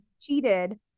cheated